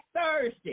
Thursday